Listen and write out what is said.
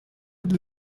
для